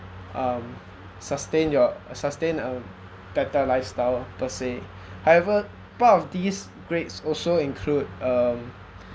um sustain your sustain a better lifestyle per se however part of these grades also include um